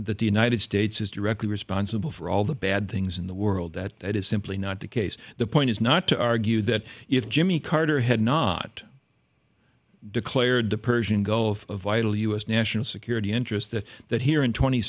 that the united states is directly responsible for all the bad things in the world that that is simply not the case the point is not to argue that if jimmy carter had not declared the persian gulf a vital u s national security interest that that here in tw